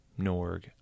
Norg